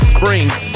Springs